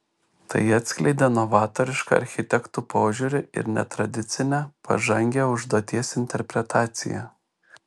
tai atskleidė novatorišką architektų požiūrį ir netradicinę pažangią užduoties interpretaciją